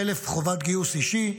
חלף חובת גיוס אישית,